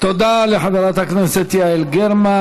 תודה לחברת הכנסת יעל גרמן.